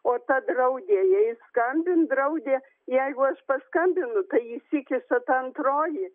o ta draudė jai skambint draudė jeigu aš paskambinu tai sykį su ta antroji